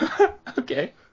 Okay